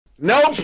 nope